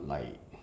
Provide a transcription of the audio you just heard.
like